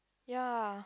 ya